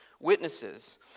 witnesses